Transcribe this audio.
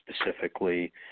specifically